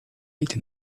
ate